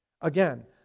again